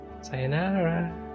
Sayonara